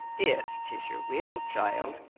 if tis your will, child,